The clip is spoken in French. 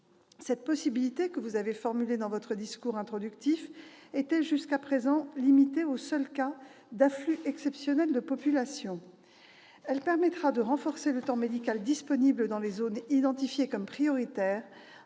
Cette possibilité, que vous avez mentionnée, madame Guillotin, était jusqu'à présent limitée aux cas d'afflux exceptionnels de population. Elle permettra de renforcer le temps médical disponible dans des zones identifiées comme prioritaires,